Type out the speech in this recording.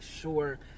sure